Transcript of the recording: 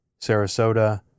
Sarasota